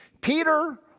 Peter